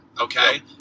okay